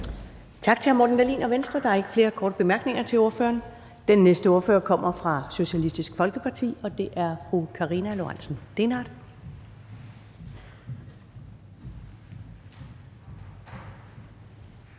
Tak til hr. Morten Dahlin fra Venstre. Der er ikke flere korte bemærkninger til ordføreren. Den næste ordfører kommer fra Socialistisk Folkeparti, og det er fru Karina Lorentzen Dehnhardt.